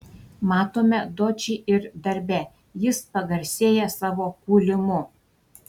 matome dočį ir darbe jis pagarsėja savo kūlimu